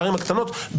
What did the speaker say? בערים הקטנות,